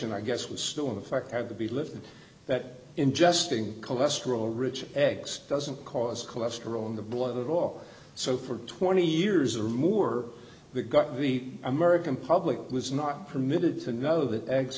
on i guess was still in effect had to be lifted that ingesting cholesterol rich eggs doesn't cause cholesterol in the blood at all so for twenty years or more the got the american public was not permitted to know th